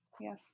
Yes